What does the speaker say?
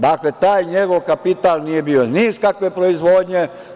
Dakle, taj njegov kapital nije bio ni iz kakve proizvodnje.